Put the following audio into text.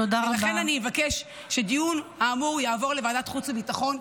לכן אני אבקש שהדיון האמור יעבור לוועדת החוץ והביטחון,